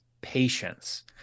patience